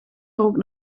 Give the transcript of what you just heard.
rookt